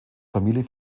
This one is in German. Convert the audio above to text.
familie